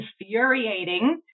infuriating